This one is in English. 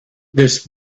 this